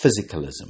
physicalism